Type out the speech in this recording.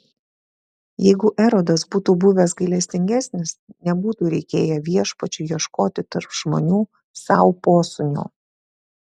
jeigu erodas būtų buvęs gailestingesnis nebūtų reikėję viešpačiui ieškoti tarp žmonių sau posūnio